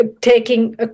taking